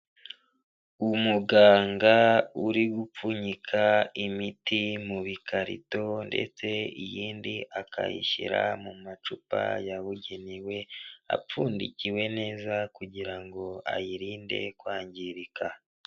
Umuganga uri gupfunyika imiti mu bikarito, ndetse iyindi akayishyira mu macupa yabugenewe, apfundikiwe neza kugira ngo ayirinde kwangirika.